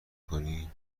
کنی